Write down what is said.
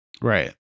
Right